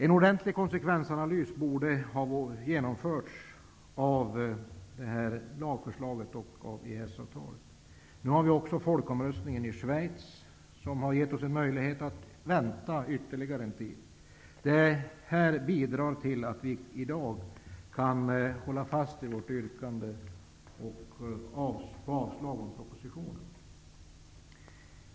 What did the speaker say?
En ordentlig konsekvensanalys borde ha genomförts av lagförslaget och EES-avtalet. Nu har vi med hjälp av resultatet av folkomröstningen i Schweiz fått en möjlighet att vänta ytterligare en tid. Det bidrar till att vi i Vänsterpartiet i dag kan hålla fast vid vårt yrkande om avslag på propositionen.